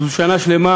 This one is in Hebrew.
זו שנה שלמה